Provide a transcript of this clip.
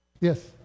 Yes